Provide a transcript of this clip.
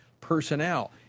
personnel